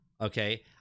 okay